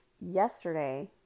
yesterday